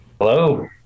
Hello